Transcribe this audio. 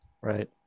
right